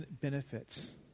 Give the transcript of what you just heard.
benefits